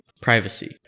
privacy